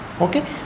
okay